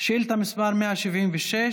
שאילתה מס' 176,